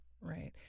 right